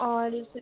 और स